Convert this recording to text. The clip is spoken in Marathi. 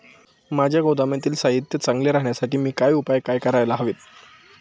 माझ्या गोदामातील साहित्य चांगले राहण्यासाठी मी काय उपाय काय करायला हवेत?